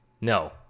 No